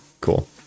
cool